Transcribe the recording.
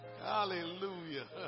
Hallelujah